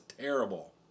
terrible